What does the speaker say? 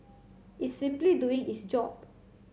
it's simply doing its job